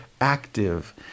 active